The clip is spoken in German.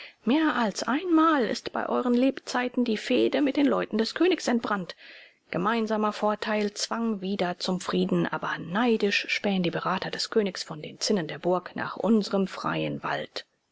mehr als einmal ist bei euren lebzeiten die fehde mit den leuten des königs entbrannt gemeinsamer vorteil zwang wieder zum frieden aber neidisch spähen die berater des königs von den zinnen der burg nach unserem freien wald